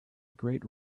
great